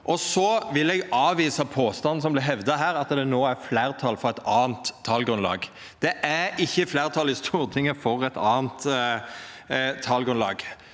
Eg vil avvisa påstanden som vart hevda her, om at det no er fleirtal for eit anna talgrunnlag. Det er ikkje fleirtal i Stortinget for eit anna talgrunnlag.